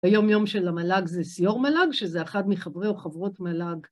היום יום של המל"ג זה סיור מל"ג, שזה אחד מחברי או חברות מל"ג.